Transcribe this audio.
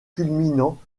culminant